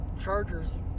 Chargers